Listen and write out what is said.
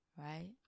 Right